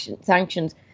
sanctions